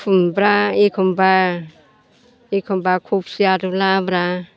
खुमब्रा एखमब्ला एखमब्ला खफि आलु लाब्रा